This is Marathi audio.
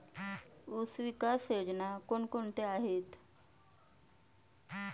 ऊसविकास योजना कोण कोणत्या आहेत?